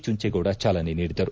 ಚುಂಚೇಗೌಡ ಚಾಲನೆ ನೀಡಿದರು